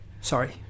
Sorry